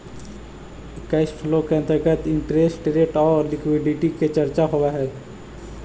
cash flow के अंतर्गत interest rate आउ लिक्विडिटी के चर्चा होवऽ हई